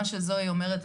מה שזואי אומרת,